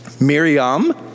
Miriam